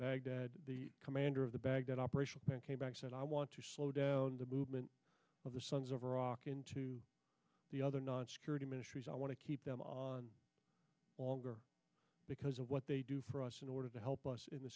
baghdad the commander of the baghdad operation came back said i want to slow down the movement of the sons of iraq into the other non security ministries i want to keep them on longer because of what they for us in order to help us in the